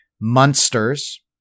monsters